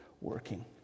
working